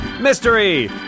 mystery